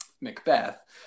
Macbeth